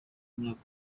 imyaka